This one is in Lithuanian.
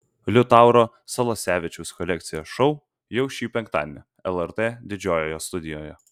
liutauro salasevičiaus kolekcija šou jau šį penktadienį lrt didžiojoje studijoje